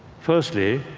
firstly